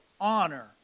honor